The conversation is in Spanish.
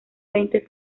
veinte